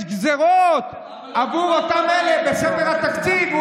יש גזרות עבור אותם אלה בספר התקציבים,